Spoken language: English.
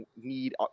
need